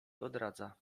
odradza